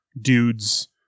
dudes